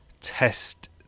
test